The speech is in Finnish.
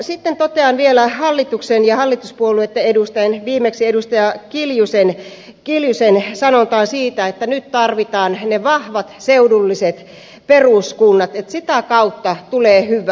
sitten totean vielä hallituksen ja hallituspuolueitten edustajien viimeksi edustaja kiljusen sanontaan siitä että nyt tarvitaan ne vahvat seudulliset peruskunnat sitä kautta tulee hyvä